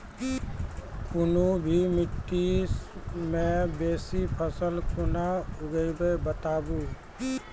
कूनू भी माटि मे बेसी फसल कूना उगैबै, बताबू?